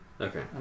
Okay